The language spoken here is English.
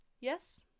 Yes